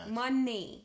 money